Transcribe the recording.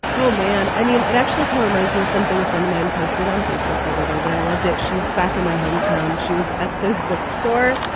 oh, man. i mean, it actually kind of reminds me of something a friend of mine posted on facebook the other day, but i loved it. she's back in my hometown. she was at this bookstore.